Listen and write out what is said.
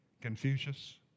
Confucius